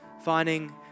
finding